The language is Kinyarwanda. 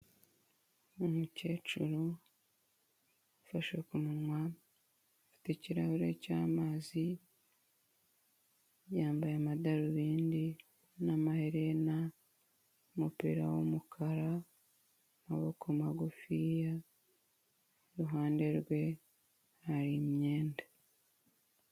Umukecuru, ufashe ku muwa, afite ikirahure cy'amazi, yambaye amadarubindi n'amaherena, umupira w'umukara w'amaboko magufiya iruhande rwe hari imyenda.